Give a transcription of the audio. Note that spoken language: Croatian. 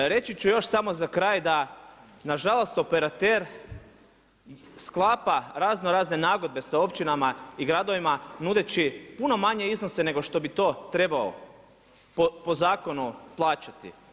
Reći ću još samo za kraj da nažalost operater sklapa raznorazne nagodbe sa općinama i gradovima nudeći puno manje iznose nego što bi trebao po zakonu plaćati.